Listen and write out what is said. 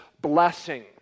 blessing